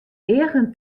eagen